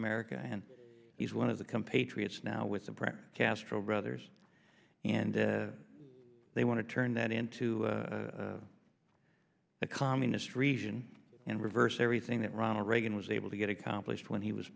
america and he's one of the compatriots now with the press castro brothers and they want to turn that into a communist region and reverse everything that ronald reagan was able to get accomplished when he was